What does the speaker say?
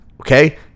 okay